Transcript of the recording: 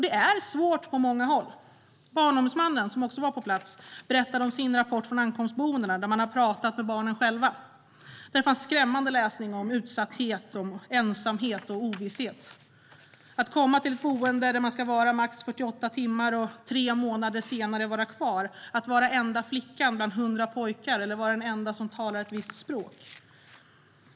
Det är svårt på många håll. Barnombudsmannen, som också var på plats, berättade om sin rapport från ankomstboendena, där man hade pratat med barnen själva. Där fanns skrämmande läsning om utsatthet, ensamhet och ovisshet: att komma till ett boende där man ska vara högst 48 timmar men tre månader senare vara kvar, att vara enda flickan bland hundra pojkar eller vara den enda som talar ett visst språk.